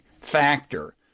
factor